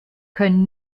können